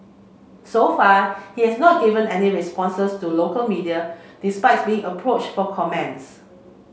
so far he has not given any responses to local media despite being approached for comments